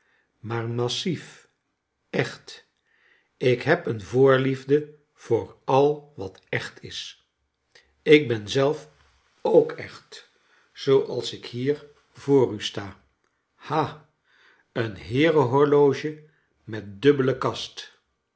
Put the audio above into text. maar massief echt ik heb een voor lief de voor al wat echt is ik ben zelf ook echt zooals ik hier voor u sta ha een heerenhorloge met dubbele